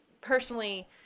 personally